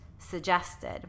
suggested